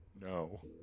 No